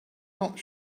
not